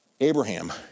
Abraham